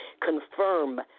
confirm